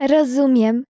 Rozumiem